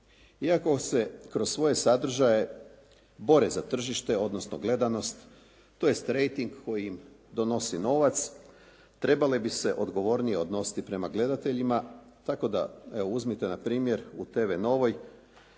Iako se kroz svoje sadržaje bore za tržište odnosno gledanost tj. rejting koji im donosi novac trebale bi se odgovornije odnositi prema gledateljima tako da evo uzmite na primjer u TV Novoj